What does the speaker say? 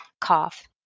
cough